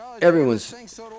everyone's